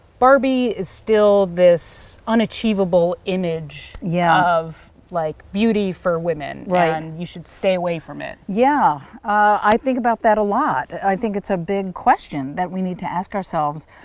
barbie is still this unachievable image. yeah. of, like, beauty for women. right. and you should stay away from it? yeah. i think about that a lot. i think it's a big question that we need to ask ourselves.